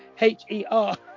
H-E-R